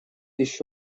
еще